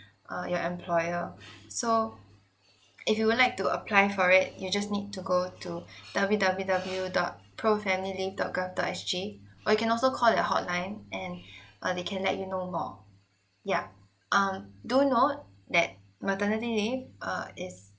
uh your employer so if you would like to apply for it you just need to go to W_W_W dot pro family leave dot gov~ dot S_G or you can also call their hotline and uh they can let you know more yeah um do note that maternity leave uh is